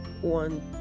one